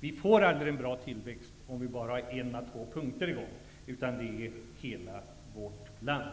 Vi får aldrig en bra tillväxt om vi bara agerar på en eller två punkter. Det gäller hela vårt land.